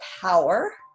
power